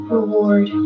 reward